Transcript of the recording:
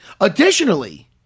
Additionally